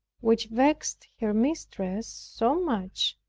which vexed her mistress so much,